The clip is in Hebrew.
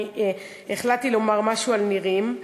אני החלטתי לומר משהו על נירים.